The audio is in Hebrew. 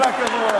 כל הכבוד.